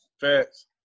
Facts